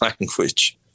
language